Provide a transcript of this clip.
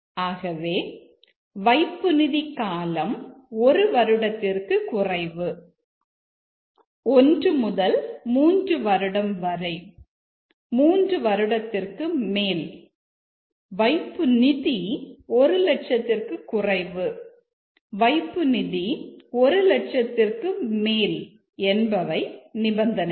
ஆகவே வைப்புநிதி காலம் 1 வருடத்திற்கு குறைவு 1 முதல் 3 வருடம் வரை 3 வருடத்திற்கு மேல் வைப்பு நிதி 1 லட்சத்திற்கு குறைவு வைப்பு நிதி லட்சத்திற்கு மேல் என்பவை நிபந்தனைகள்